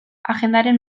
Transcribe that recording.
agendaren